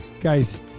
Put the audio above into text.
Guys